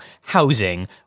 housing